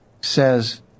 says